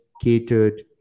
catered